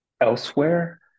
elsewhere